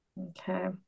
Okay